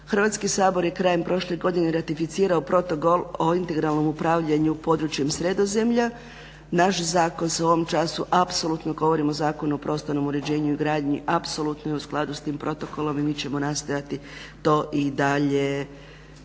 Hrvatski sabor je krajem prošle godine ratificirao protokol o integralnom upravljanju područjem Sredozemlja. Naš zakon se u ovom času apsolutno govorim o Zakonu o prostornom uređenju i gradnji, apsolutno je u skladu s tim protokolom i mi ćemo nastojati to i dalje